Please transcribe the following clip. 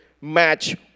match